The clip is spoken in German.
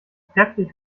kräftig